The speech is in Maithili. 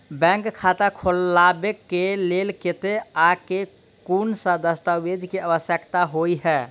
बैंक खाता खोलबाबै केँ लेल केतना आ केँ कुन सा दस्तावेज केँ आवश्यकता होइ है?